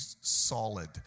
solid